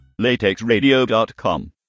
Latexradio.com